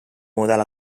model